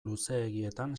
luzeegietan